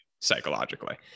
psychologically